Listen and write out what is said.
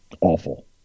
awful